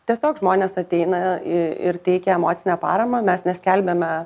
tiesiog žmonės ateina i ir teikia emocinę paramą mes neskelbiame